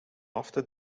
after